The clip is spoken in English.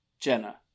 jenna